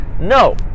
No